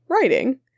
writing